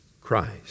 Christ